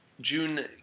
June